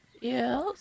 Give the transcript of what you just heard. Yes